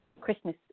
Christmas